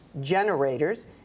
generators